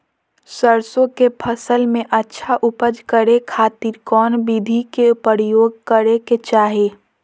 सरसों के फसल में अच्छा उपज करे खातिर कौन विधि के प्रयोग करे के चाही?